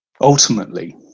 Ultimately